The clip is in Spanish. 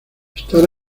estar